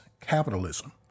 capitalism